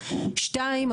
שתיים,